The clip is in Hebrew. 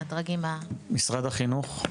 משרד החינוך.